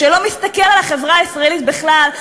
שלא מסתכל על החברה הישראלית בכלל,